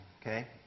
okay